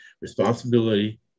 responsibility